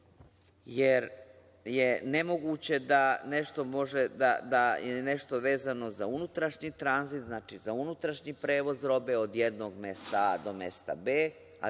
jer je nemoguće da nešto može je nešto vezano za unutrašnji tranzit, za unutrašnji prevoz robe od jednog mesta do mesta B,